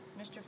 Mr